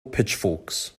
pitchforks